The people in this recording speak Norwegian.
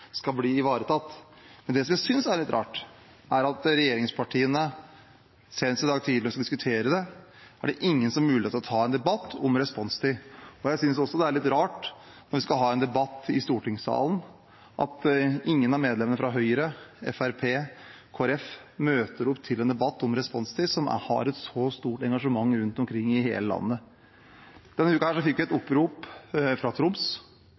skal bli ivaretatt. Men det som jeg synes er litt rart, er at senest i dag tidlig da vi skulle diskutere det, var det ingen fra regjeringspartiene som hadde mulighet til å ta en debatt om responstid. Jeg synes også det er litt rart, når vi skal ha en debatt i stortingssalen om responstid, at ingen av medlemmene fra Høyre, Fremskrittspartiet eller Kristelig Folkeparti møter opp, når det er et så stort engasjement rundt omkring i hele landet. Denne uka fikk vi et opprop fra Troms,